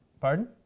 Pardon